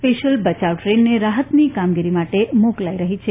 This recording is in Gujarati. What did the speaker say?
સ્પેશ્યલ બચાવ દ્રેનને રાહતની કામગીરી માટે મોકલાઇ રહી છે